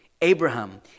Abraham